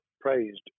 praised